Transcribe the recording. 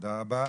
תודה רבה.